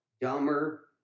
dumber